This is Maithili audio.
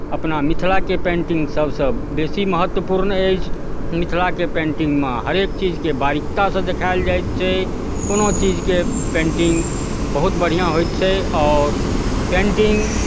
अपना मिथिलाके पेन्टिंगसभ सभ बेसी महत्वपूर्ण अछि मिथिलाके पेन्टिंगमे हरेक चीजके बारीकतासँ देखायल जाइ छै कोनो चीजके पेन्टिंग बहुत बढ़िआँ होइ छै आओर पेन्टिंग